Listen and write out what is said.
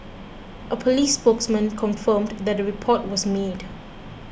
a police spokesman confirmed that a report was made